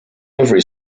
every